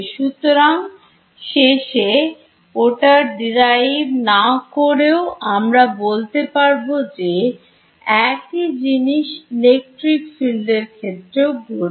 সুতরাং শেষে ওটা derive না করেও আমরা বলতে পারব যে একই জিনিস ইলেকট্রিক ফিল্ড এরক্ষেত্রেও ঘটবে